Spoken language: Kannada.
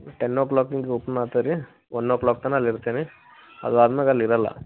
ಟೆನ್ ಓ ಕ್ಲಾಕ್ ಮೇಲೆ ಓಪನ್ ಮಾಡ್ತೇವೆ ರೀ ಒನ್ ಓ ಕ್ಲಾಕ್ ತನಕ ಅಲ್ಲಿ ಇರ್ತೇನಿ ಅದಾದ್ಮೇಲೆ ಅಲ್ಲಿ ಇರಲ್ಲ